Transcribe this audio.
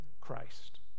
Christ